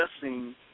discussing